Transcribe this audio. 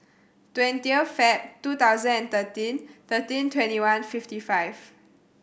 twentieth Feb two thousand and thirteen thirteen twenty one fifty five